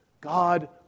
God